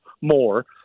more